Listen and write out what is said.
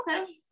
Okay